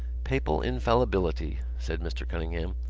papal infallibility, said mr. cunningham,